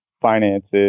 finances